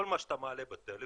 כל מה שאתה מעלה בטלפון,